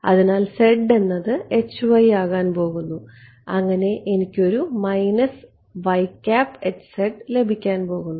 അതിനാൽ എന്നത് ആകാൻ പോകുന്നു അങ്ങനെ എനിക്ക് ഒരു ലഭിക്കാൻ പോകുന്നു